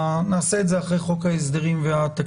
נעשה את זה אחרי חוק ההסדרים והתקציב.